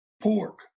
Pork